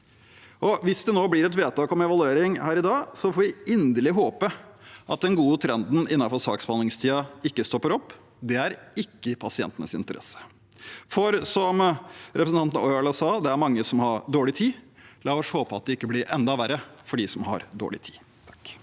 Hvis det nå blir et vedtak om evaluering her i dag, får vi inderlig håpe at den gode trenden innenfor saksbehandlingstiden ikke stopper opp. Det er ikke i pasientenes interesse. Som representanten Ojala sa, er det mange som har dårlig tid. La oss håpe at det ikke blir enda verre for dem som har dårlig tid.